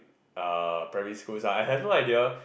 uh primary schools ah I have no idea